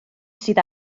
sydd